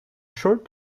short